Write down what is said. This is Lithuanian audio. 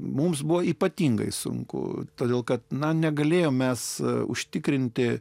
mums buvo ypatingai sunku todėl kad na negalėjome mes užtikrinti